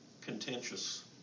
contentious